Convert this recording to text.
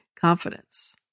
confidence